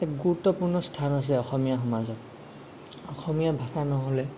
এক গুৰুত্বপূৰ্ণ স্থান আছে অসমীয়া সমাজত অসমীয়া ভাষা নহ'লে